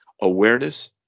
awareness